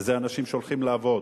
וזה אנשים שהולכים לעבוד.